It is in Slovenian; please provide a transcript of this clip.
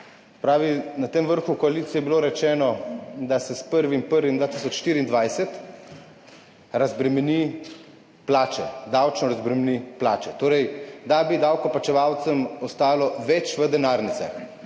Na tem vrhu koalicije je bilo rečeno, da se s 1. 1. 2024, razbremeni plače, davčno razbremeni plače. Torej, da bi davkoplačevalcem ostalo več v denarnicah,